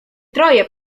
troje